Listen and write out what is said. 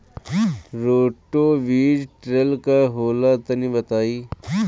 Roto बीज drill का होला तनि बताई?